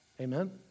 Amen